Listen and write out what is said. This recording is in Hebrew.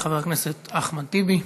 חבר הכנסת אחמד טיבי,